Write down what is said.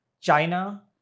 China